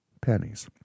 pennies